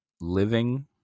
living